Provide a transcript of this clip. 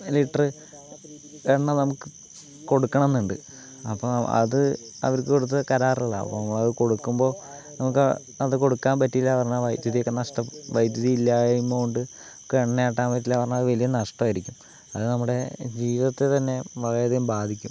litre എണ്ണ നമുക്ക് കൊടുക്കണം എന്നുണ്ട് അപ്പം അത് അവർക്ക് കൊടുത്ത കരാറിലാവും അപ്പം അതു കൊടുക്കുമ്പോൾ നമുക്ക് അത് കൊടുക്കാൻ പറ്റിയില്ലയെന്ന് പറഞ്ഞാൽ വൈദ്യുതിയൊക്കെ നഷ്ടം വൈദ്യുതി ഇല്ലായ്മ കൊണ്ട് നമുക്ക് എണ്ണ ആട്ടാൻ പറ്റിയില്ലയെന്ന് പറഞ്ഞാൽ അത് വലിയ നഷ്ടമായിരിക്കും അത് നമ്മുടെ ജീവിതത്തെ തന്നെ വളരെയധികം ബാധിക്കും